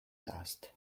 dust